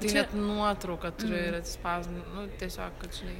tai net nuotrauką turiu ir atsispausdinau nu tiesiog kad žinai